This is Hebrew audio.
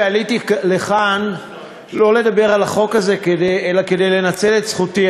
עליתי לכאן לא לדבר על החוק הזה אלא כדי לנצל את זכותי.